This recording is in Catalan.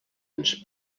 ens